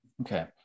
Okay